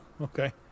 okay